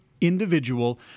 individual